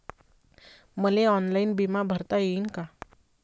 मले ऑनलाईन बिमा भरता येईन का?